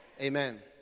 Amen